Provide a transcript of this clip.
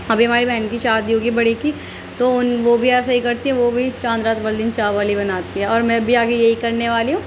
ابھی ہماری بہن کی شادی ہوگی بڑی کی تو ان وہ بھی ایسے ہی کرتی ہے وہ بھی چاند رات والے دن چاول ہی بناتی ہے اور میں بھی آگے یہی کرنے والی ہوں